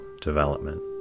development